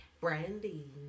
Brandy